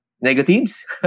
negatives